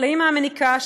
לאימא המיניקה,